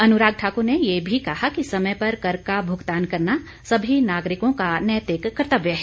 अनुराग ठाकुर ने ये भी कहा कि समय पर कर का भुगतान करना सभी नागरिकों का नैतिक कर्तव्य है